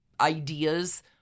ideas